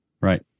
Right